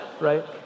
right